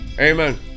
amen